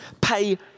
Pay